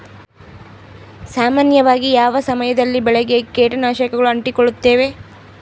ಸಾಮಾನ್ಯವಾಗಿ ಯಾವ ಸಮಯದಲ್ಲಿ ಬೆಳೆಗೆ ಕೇಟನಾಶಕಗಳು ಅಂಟಿಕೊಳ್ಳುತ್ತವೆ?